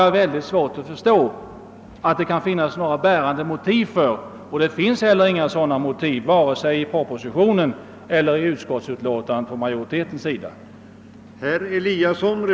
Jag har svårt att förstå att det kan finnas några bärande motiv härför, och det redovisas inte heller några sådana vare sig i propositionen eller i utskottsmajoritetens utlåtande.